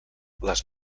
les